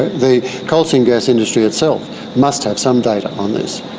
the coal seam gas industry itself must have some data on this.